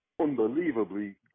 unbelievably